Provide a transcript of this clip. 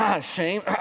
shame